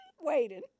waiting